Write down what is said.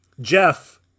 Jeff